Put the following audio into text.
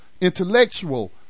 intellectual